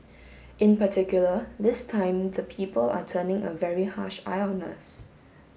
in particular this time the people are turning a very harsh eye on us